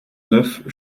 neuf